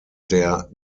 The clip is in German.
der